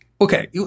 Okay